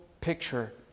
picture